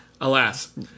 Alas